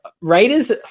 Raiders